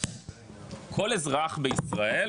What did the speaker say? כל אזרח בישראל,